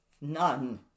None